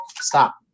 Stop